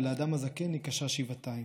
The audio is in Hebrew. ולאדם הזקן היא קשה שבעתיים,